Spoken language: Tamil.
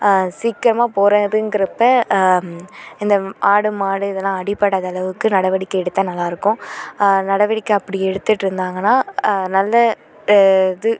சீக்கிரமாக போறதுங்கிறப்ப இந்த ஆடு மாடு இதெல்லாம் அடிப்படாத அளவுக்கு நடவடிக்கை எடுத்தால் நல்லா இருக்கும் நடவடிக்கை அப்படி எடுத்துட்டு இருந்தாங்கன்னா நல்ல இது